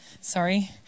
Sorry